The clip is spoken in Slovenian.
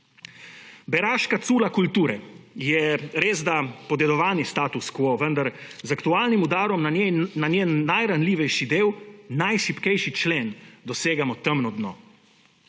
Beraška cula kulture je resda podedovani status quo, vendar z aktualnim udarom na njen najranljivejši del, najšibkejši člen dosegamo temno dno.